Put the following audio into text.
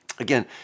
Again